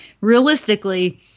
realistically